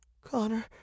Connor